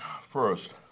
First